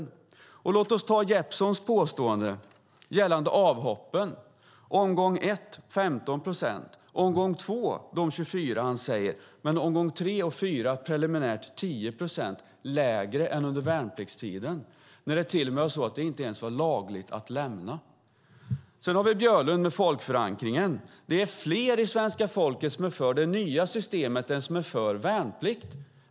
När det gäller det som Peter Jeppsson påstår om avhoppen vill jag säga att det i omgång ett var 15 procent, i omgång två 24 procent som Jeppsson säger, men i omgång tre och fyra är det preliminärt 10 procent lägre än under värnpliktstiden då det inte ens var lagligt att lämna. Björlund nämnde folkförankringen. Av svenska folket är det fler som är för det nya systemet än som är för värnplikt.